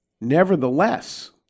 Nevertheless